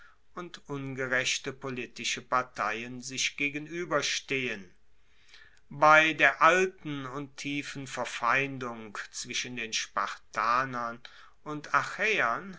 und ungerechte politische parteien sich gegenueberstehen bei der alten und tiefen verfeindung zwischen den spartanern und